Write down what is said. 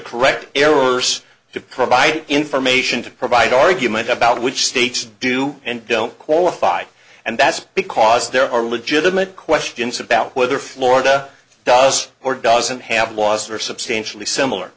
correct errors to provide information to provide argument about which states do and don't qualify and that's because there are legitimate questions about whether florida does or doesn't have l